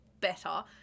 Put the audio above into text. better